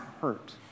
hurt